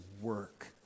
work